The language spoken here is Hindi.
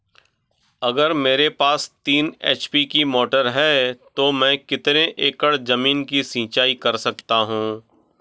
अगर मेरे पास तीन एच.पी की मोटर है तो मैं कितने एकड़ ज़मीन की सिंचाई कर सकता हूँ?